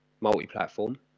multi-platform